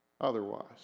otherwise